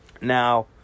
Now